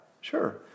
sure